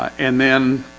and then